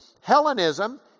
hellenism